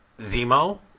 Zemo